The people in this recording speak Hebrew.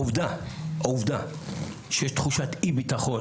העובדה שיש תחושת אי בטחון